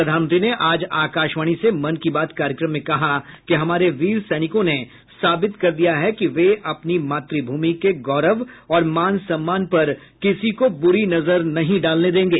प्रधानमंत्री ने आज आकाशवाणी से मन की बात कार्यक्रम में कहा कि हमारे वीर सैनिकों ने साबित कर दिया है कि वे अपनी मातृभूमि के गौरव और मान सम्मान पर किसी को बुरी नजर नहीं डालने देंगे